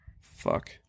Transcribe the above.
Fuck